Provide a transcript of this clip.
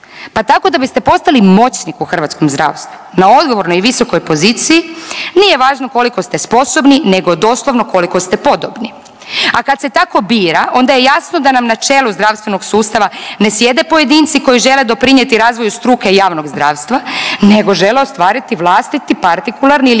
pa tako da biste postali moćnik u hrvatskom zdravstvu na odgovornoj i visokoj poziciji nije važno koliko ste sposobni nego doslovno koliko ste podobni. A kad se tako bira onda je jasno da nam na čelu zdravstvenog sustava ne sjede pojedinci koji žele doprinijeti razvoju struke javnog zdravstva nego žele ostvariti vlastiti partikularni ili